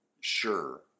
sure